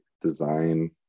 design